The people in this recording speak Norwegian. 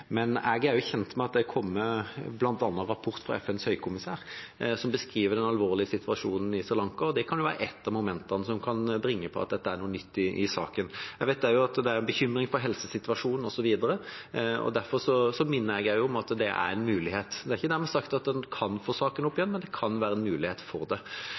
Men jeg er kjent med at det bl.a. har kommet en rapport fra FNs høykommissær som beskriver den alvorlige situasjonen på Sri Lanka, og det kan være ett av momentene som kan bringe en inn på at det er noe nytt i saken. Jeg vet også at det er bekymring for helsesituasjonen osv. Derfor minner jeg om at dette er en mulighet. Det er ikke dermed sagt at en kan få saken opp igjen, men det kan være en mulighet for det.